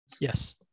Yes